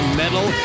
metal